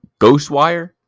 Ghostwire